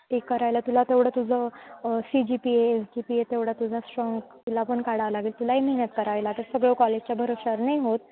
ते करायला तुला तेवढं तुझं C G P A S G P A तेवढा तुझा स्ट्राँग तुला पण काढा लागेल तुला ही मेहनत करावी लागेल सगळं कॉलेजच्या भरवशावर नाही होत